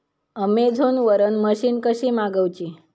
Amazon वरन machine कशी मागवची?